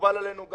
מקובל עלינו.